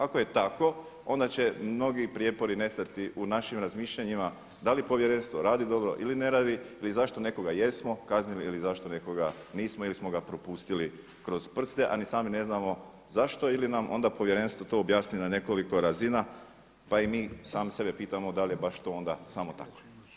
Ako je tako onda će mnogi prijepori nestati u našim razmišljanjima da li povjerenstvo radi dobro ili neradi, ili zašto nekoga jesmo kaznili ili zašto nekoga nismo ili smo ga propustili kroz prste a ni sami ne znamo zašto ili nam onda povjerenstvo to objasni na nekoliko razina pa i mi sami sebe pitamo da li je baš to onda samo tako?